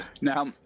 Now